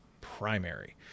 primary